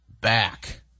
back